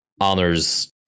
Honor's